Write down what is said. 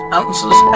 answers